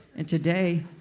and today,